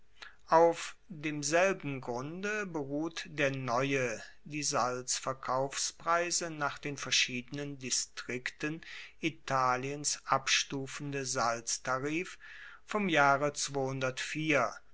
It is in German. auf demselben grunde beruht der neue die salzverkaufspreise nach den verschiedenen distrikten italiens abstufende salztarif vom jahre